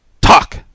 talk